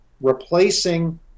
replacing